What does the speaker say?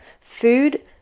Food